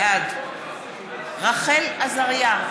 בעד רחל עזריה,